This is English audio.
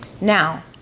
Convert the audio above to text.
Now